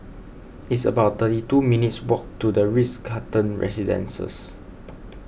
it's about thirty two minutes' walk to the Ritz Carlton Residences